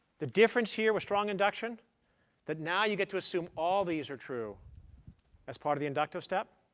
the difference here with strong induction that now you get to assume all these are true as part of the inductive step?